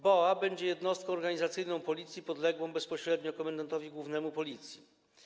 BOA będzie jednostką organizacyjną Policji podległą bezpośrednio komendantowi głównemu Policji.